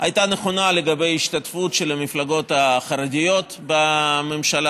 הייתה נכונה לגבי השתתפות של המפלגות החרדיות בממשלה,